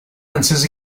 dansers